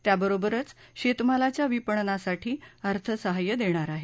त्याबरोबरच शेतमालाच्या विपणनासाठी अर्थसहाय्य देणार आहे